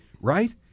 right